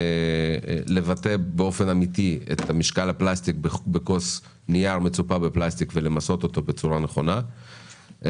לבטא באופן אמיתי את משקל הפלסטיק בכוס נייר מצופה ולמסות בצורה ראויה.